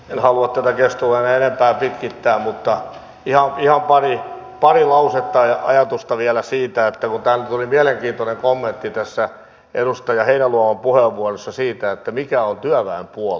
en halua tätä keskustelua enää enempää pitkittää mutta ihan pari lausetta ja ajatusta vielä siitä kun täältä tuli mielenkiintoinen kommentti tässä edustaja heinäluoman puheenvuorossa siitä mikä on työväenpuolue